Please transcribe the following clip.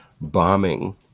bombing